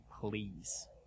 please